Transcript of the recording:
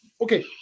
okay